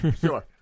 Sure